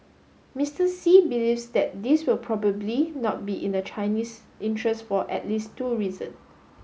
Mister Xi believes that this will probably not be in the Chinese interest for at least two reason